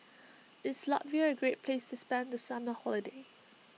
is Latvia a great place to spend the summer holiday